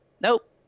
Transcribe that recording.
nope